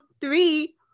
Three